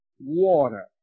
water